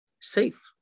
safe